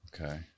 Okay